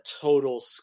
total